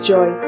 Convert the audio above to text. Joy